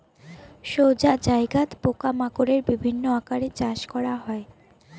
সোজা জায়গাত পোকা মাকড়ের বিভিন্ন আকারে চাষ করা হয়